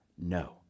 No